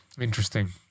Interesting